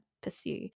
pursue